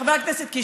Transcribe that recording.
חבר הכנסת קיש,